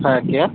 হ্যাঁ কে